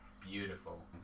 beautiful